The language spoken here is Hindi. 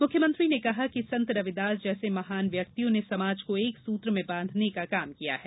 मुख्यमंत्री ने कहा कि संत रविदास जैसे महान व्यक्तियों ने समाज को एक सूत्र में बांधने का काम किया है